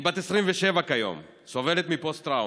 אני בת 27 כיום, וסובלת מפוסט-טראומה.